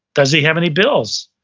does he have any bills?